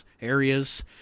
areas